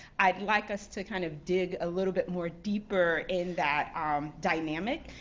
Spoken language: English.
i'd like us to kind of dig a little bit more deeper in that um dynamic.